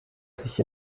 sich